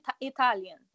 Italian